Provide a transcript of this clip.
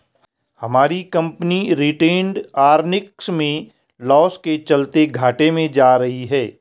हमारी company retained earnings में loss के चलते घाटे में जा रही है